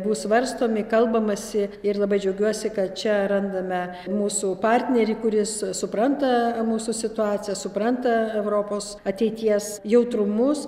bus svarstomi kalbamasi ir labai džiaugiuosi kad čia randame mūsų partnerį kuris supranta mūsų situaciją supranta europos ateities jautrumus